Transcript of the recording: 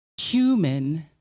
human